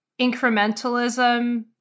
incrementalism